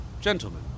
Gentlemen